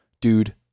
dude